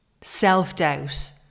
self-doubt